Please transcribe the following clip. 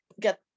get